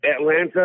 Atlanta